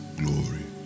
glory